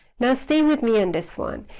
now stay with me in this one,